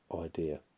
idea